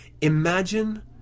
Imagine